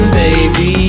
baby